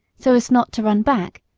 so as not to run back,